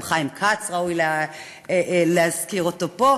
גם את חיים כץ ראוי להזכיר פה.